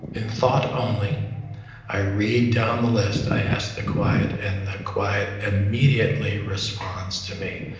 in thought only i read down the list, i ask the quiet, and the quiet immediately responds to me.